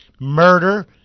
Murder